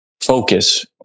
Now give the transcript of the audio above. focus